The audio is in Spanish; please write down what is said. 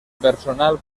personal